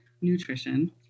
nutrition